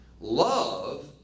Love